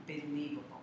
unbelievable